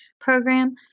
Program